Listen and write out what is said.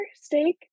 steak